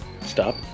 stop